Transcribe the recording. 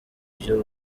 ibyo